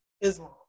islam